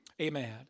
Amen